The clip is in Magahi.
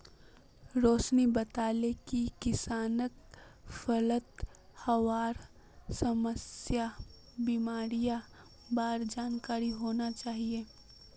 रोशिनी बताले कि किसानक फलत हबार सामान्य बीमारिर बार जानकारी होना चाहिए